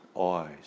eyes